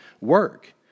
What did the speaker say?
work